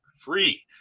free